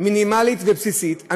דיגיטלית מינימלית ובסיסית,